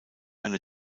eine